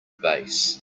base